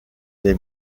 les